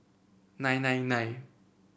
nine nine nine